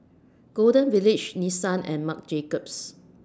Golden Village Nissan and Marc Jacobs